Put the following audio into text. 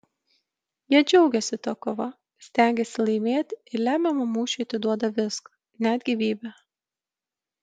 jie džiaugiasi ta kova stengiasi laimėti ir lemiamam mūšiui atiduoda viską net gyvybę